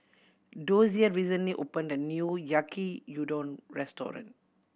Dozier recently opened a new Yaki Udon Restaurant